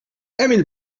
emil